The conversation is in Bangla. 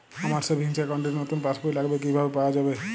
আমার সেভিংস অ্যাকাউন্ট র নতুন পাসবই লাগবে, কিভাবে পাওয়া যাবে?